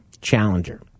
Challenger